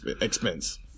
expense